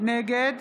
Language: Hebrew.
נגד